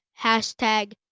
hashtag